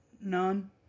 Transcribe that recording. None